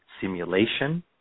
simulation